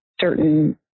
certain